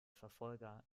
verfolger